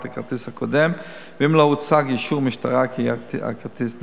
הכרטיס הקודם ואם לא הוצג אישור משטרה שהכרטיס נגנב.